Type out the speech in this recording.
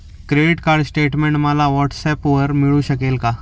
Credit card statement मला व्हॉट्सऍपवर मिळू शकेल का?